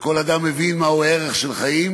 שכל אדם מבין מהו ערך של חיים,